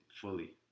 fully